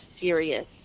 serious